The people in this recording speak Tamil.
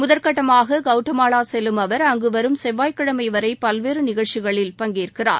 முதல்கட்டமாக கவுட்டமாவா செல்லும் அவர் அங்கு வரும் செல்வாய்க்கிழமை வரை பல்வேறு நிகழ்ச்சிகளில் பங்கேற்கிறார்